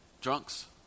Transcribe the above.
Drunks